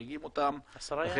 מחריגים אותם.